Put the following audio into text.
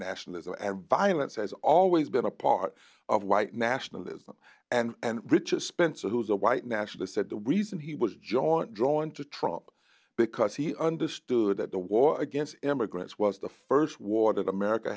nationalism and violence has always been a part of white nationalism and riches spencer who is a white nationalist said the reason he was joint drawn to trump because he understood that the war against immigrants was the st war that america